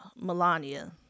Melania